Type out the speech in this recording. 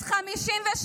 בת 53,